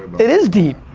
it is deep.